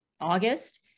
August